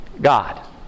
God